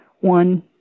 one